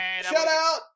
Shout-out